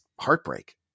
heartbreak